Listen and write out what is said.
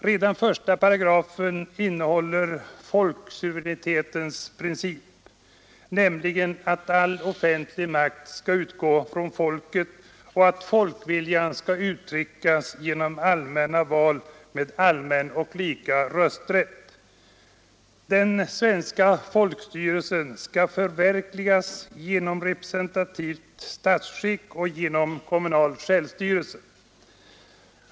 Redan första paragrafen innehåller folksuveränitetens princip, nämligen att all offentlig makt skall utgå från folket och att folkviljan skall uttryckas genom allmänna val med allmän och lika rösträtt. Den svenska folkstyrelsen skall förverkligas genom representativt statsskick och genom kommunal självstyrelse.